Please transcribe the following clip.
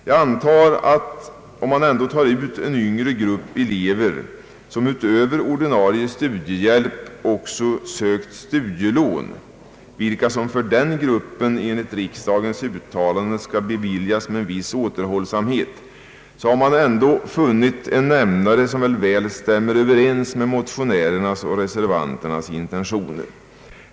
Jag antar att om man tar ut en yngre grupp elever, som utöver ordinarie studiehjälp också sökt studielån, vilka för den gruppen enligt riksdagens uttalande skall beviljas med en viss återhållsamhet, har man ändå funnit en nämnare som väl stämmer överens med motionärernas och reservanternas intentioner.